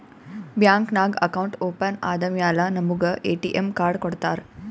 bank ನಾಗ್ account open ಆದಮ್ಯಾಲ ನಮುಗ ಎ.ಟಿ.ಎಮ್ ಕಾರ್ಡ್ ಕೊಡ್ತಾರ್